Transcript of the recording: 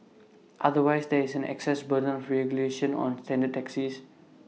otherwise there is an access burden of regulation on standard taxis